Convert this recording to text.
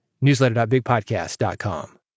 Newsletter.bigpodcast.com